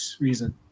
reason